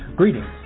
Greetings